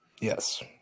Yes